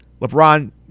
LeBron